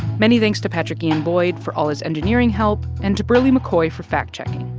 many thanks to patrick ian boyd for all his engineering help and to berly mccoy for fact-checking.